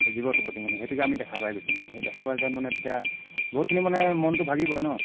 সেই জীৱটো প্ৰতি মানে সেইটোকে আমি দেখা পাই গৈছোঁ মানে সেই দেখা পাই যোৱাত মানে তেতিয়া বহুতখিনি মানে মনটো ভাগি পৰে ন